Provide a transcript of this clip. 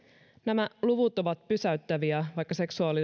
nämä luvut ovat pysäyttäviä vaikka